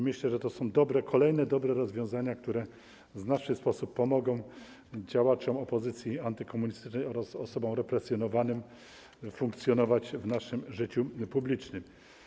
Myślę, że to są kolejne dobre rozwiązania, które w znaczny sposób pomogą działaczom opozycji antykomunistycznej oraz osobom represjonowanym funkcjonować w naszym życiu publicznym.